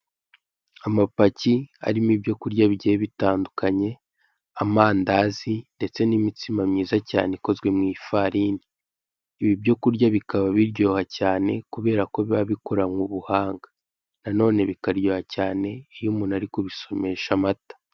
Amapaki arimo ibyo kurya bigiye bitandukanye, amandazi, ndetse imitsima myiza cyane ikozwe mu ifarine, ibi byo kurya bikaba biryoshye cyane kubera ko bikozwe mu ifarine, nanone bikaba biryoha cyane iyo umuntu ari kubisomesha amata.